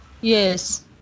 Yes